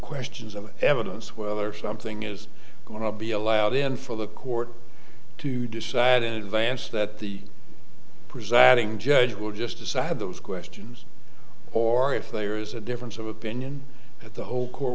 questions of evidence whether something is going to be allowed in for the court to decide in advance that the presiding judge will just decide those questions or if there is a difference of opinion the whole court